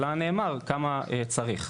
אלא נאמר כמה צריך.